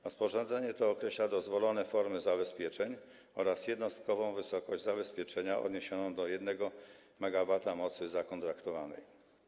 Rozporządzenie to określa dozwolone formy zabezpieczeń oraz jednostkową wysokość zabezpieczenia odniesioną do 1 MW mocy zakontraktowanej.